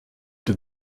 did